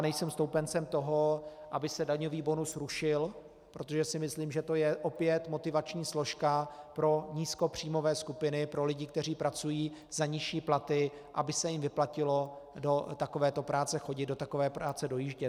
Nejsem stoupencem toho, aby se daňový bonus rušil, protože si myslím, že to je opět motivační složka pro nízkopříjmové skupiny, pro lidi, kteří pracují za nižší platy, aby se jim vyplatilo do takovéto práce chodit, dojíždět.